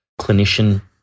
clinician